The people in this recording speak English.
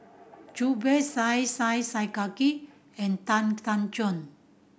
Zubir Said Khattar and Tan Tan Juan